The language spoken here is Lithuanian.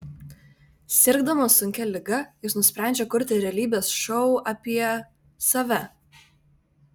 sirgdamas sunkia liga jis nusprendžia kurti realybės šou apie save